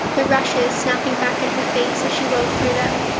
the rushes snapping back in her face as she wove through them.